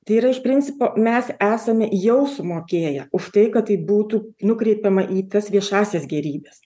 tai yra iš principo mes esame jau sumokėję už tai kad tai būtų nukreipiama į tas viešąsias gėrybes